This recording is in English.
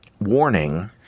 warning